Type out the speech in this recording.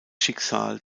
schicksal